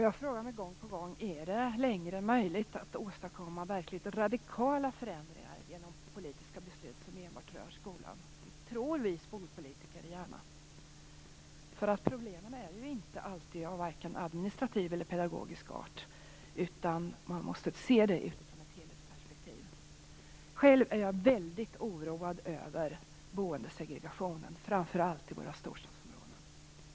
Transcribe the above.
Jag frågar mig gång på gång: Är det längre möjligt att åstadkomma verkligt radikala förändringar genom politiska beslut som enbart rör skolan? Det tror vi skolpolitiker gärna. Men problemen är ju inte alltid av varken administrativ eller pedagogisk art. Man måste se dem utifrån ett helhetsperspektiv. Själv är jag väldigt oroad över boendesegregationen - framför allt i våra storstadsområden.